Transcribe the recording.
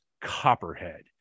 copperhead